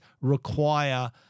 require